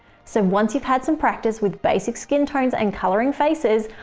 so once you've had some practice with basic skin tones and coloring faces,